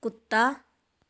ਕੁੱਤਾ